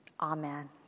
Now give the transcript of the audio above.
Amen